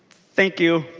thank you.